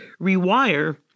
rewire